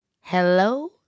hello